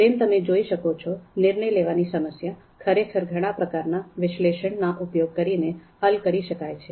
જેમ તમે જોઈ શકો છો નિર્ણય લેવાની સમસ્યા ખરેખર ઘણા પ્રકારના વિશ્લેષણના ઉપયોગ કરીને હાલ કરી શકાય છે